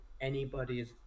anybody's